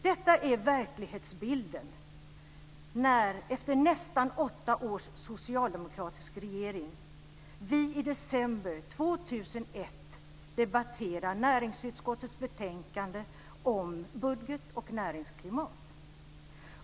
Detta är verklighetsbilden när vi efter nästan åtta år med en socialdemokratisk regering i december 2001 debatterar näringsutskottets betänkande om budget och näringsklimat.